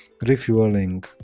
Refueling